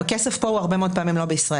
אגב, הכסף פה הוא הרבה מאוד פעמים לא בישראל.